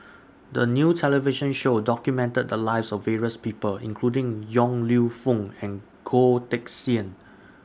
The New television Show documented The Lives of various People including Yong Lew Foong and Goh Teck Sian